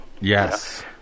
Yes